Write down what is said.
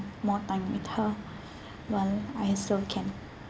more time with her while I still can